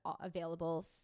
available